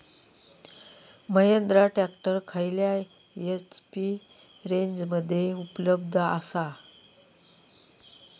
Mahindra tractor खयल्या HP रेंजमध्ये उपलब्ध आसा?